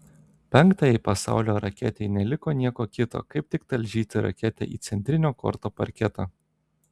penktajai pasaulio raketei neliko nieko kito kaip tik talžyti raketę į centrinio korto parketą